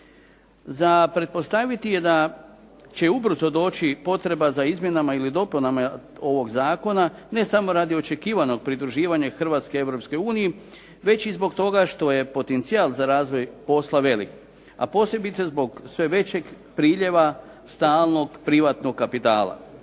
Za pretpostaviti je da će ubrzo doći i potreba za izmjenama ili dopunama ovog zakona ne samo radi očekivanog pridruživanja Hrvatske Europskoj uniji već i zbog toga što je potencijal za razvoj posla velik, a posebice zbog sve većeg priljeva stalnog privatnog kapitala.